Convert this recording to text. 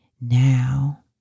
Now